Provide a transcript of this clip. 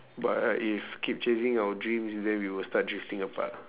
but if keep chasing our dreams then we will start drifting apart